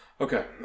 Okay